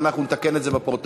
אנחנו נתקן את זה בפרוטוקול.